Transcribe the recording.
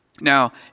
Now